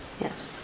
Yes